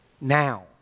now